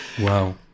Wow